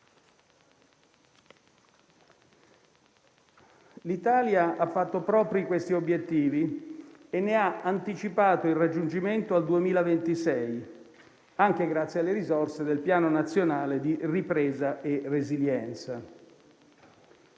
L'Italia ha fatto propri questi obiettivi e ne ha anticipato il raggiungimento al 2026, anche grazie alle risorse del Piano nazionale di ripresa e resilienza.